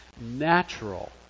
natural